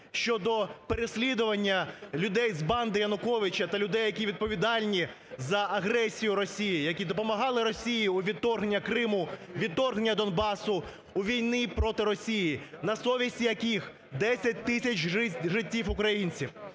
щодо переслідування людей з банди Януковича та людей, які відповідальні за агресію Росії, які допомагали Росії у відторгненні Криму, відторгненні Донбасу, у війні проти Росії, на совість яких 10 тисяч життів українців.